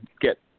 get